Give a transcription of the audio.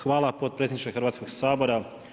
Hvala potpredsjedniče Hrvatskog sabora.